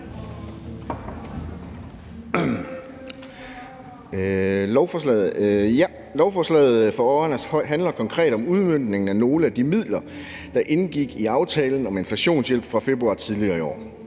Lovforslaget foran os handler konkret om udmøntning af nogle af de midler, der indgik i aftalen om inflationshjælp fra februar tidligere i år.